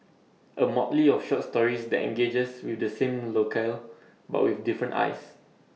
A motley of short stories that engages with the same loco but with different eyes